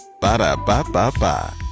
Ba-da-ba-ba-ba